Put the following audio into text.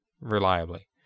Reliably